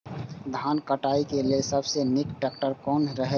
धान काटय के लेल सबसे नीक ट्रैक्टर कोन रहैत?